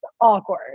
awkward